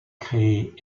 créées